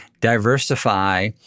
diversify